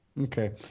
Okay